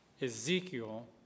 Ezekiel